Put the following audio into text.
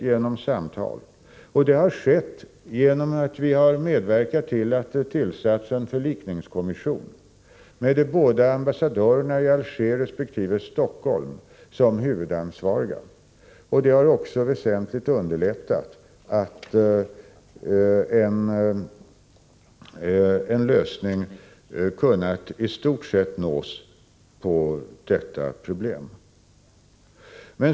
Det har skett genom samtal och genom att vi har medverkat till att det har tillsatts en förlikningskommission med de båda ambassadörerna i Alger resp. Stockholm som huvudansvariga. Detta har också väsentligt underlättat att en lösning i stort sett kunnat nås på detta problem.